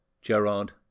Gerard